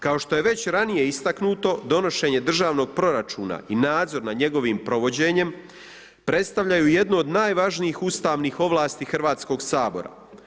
Kao što je već ranije istaknuto, donošenje Državnog proračuna i nadzor nad njegovim provođenjem predstavljaju jednu od najvažnijih ustavnih ovlasti Hrvatskoga sabora.